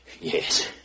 Yes